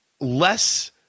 less